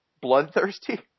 bloodthirsty